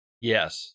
Yes